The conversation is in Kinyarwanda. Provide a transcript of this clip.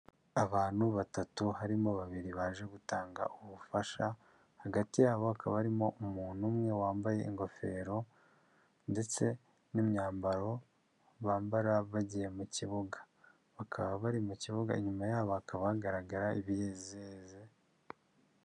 Abantu batatu harimo babiri baje gutanga ubufasha hagati yabo hakaba harimo umuntu umwe wambaye ingofero ndetse n'imyambaro bambara bagiye mu kibuga bakaba bari mu kibuga inyuma yabo hakaba hagaragara ibinezeze.